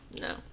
No